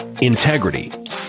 integrity